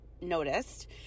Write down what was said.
noticed